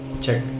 check